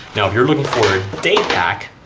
now, if you're looking for a daypack.